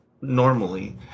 normally